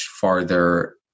farther